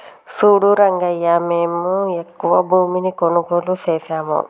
సూడు రంగయ్యా మేము ఎక్కువ భూమిని కొనుగోలు సేసాము